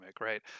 right